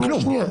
זה כלום.